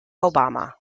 obama